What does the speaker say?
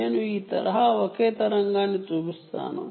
నేను ఈ తరహా ఒకే తరంగాన్ని చూపిస్తాను